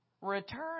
Return